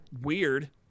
weird